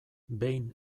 behin